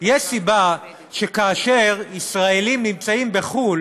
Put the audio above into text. יש סיבה שכאשר ישראלים נמצאים בחו"ל